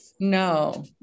No